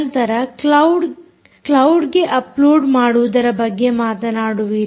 ನಂತರ ಕ್ಲೌಡ್ಗೆ ಅಪ್ಲೋಡ್ ಮಾಡುವುದರ ಬಗ್ಗೆ ಮಾತನಾಡುವಿರಿ